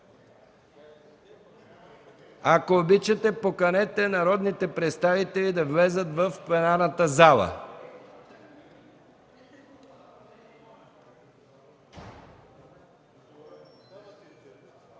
Ако обичате, поканете народните представители да влязат в пленарната зала.